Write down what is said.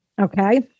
Okay